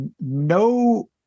no